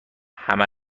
همه